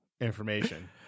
Information